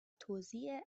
توزیع